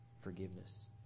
forgiveness